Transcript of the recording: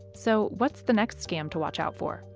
so what's the next scam to watch out for?